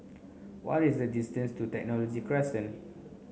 what is the distance to Technology Crescent